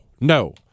no